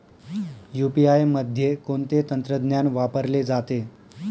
UPI मध्ये कोणते तंत्रज्ञान वापरले जाते?